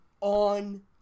on